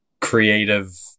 creative